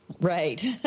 Right